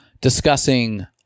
discussing